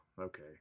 okay